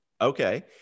Okay